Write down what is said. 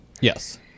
yes